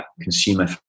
consumer